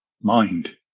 mind